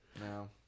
No